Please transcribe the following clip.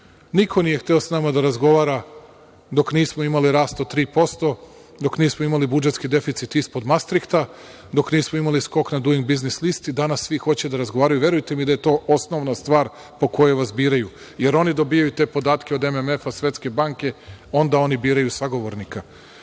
Niko nije hteo sa nama da razgovara dok nismo imali rast od 3%, dok nismo imali budžetski deficit ispod mastrikta, dok nismo imali skok na Dujing biznis listi. Danas svi hoće da razgovaraju. Verujte mi da je to osnovna stvar po kojoj vas biraju, jer oni dobijaju te podatke od MMF, Svetske banke, onda oni biraju sagovornika. Ja